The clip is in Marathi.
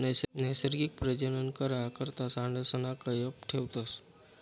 नैसर्गिक प्रजनन करा करता सांडसना कयप ठेवतस